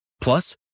Plus